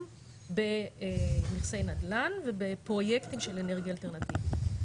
בנכסי נדל"ן ובפרויקטים של אנרגיה אלטרנטיבית,